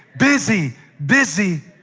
busy, busy,